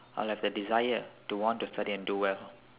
I'll have the desire to want to study and do well